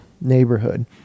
neighborhood